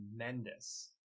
tremendous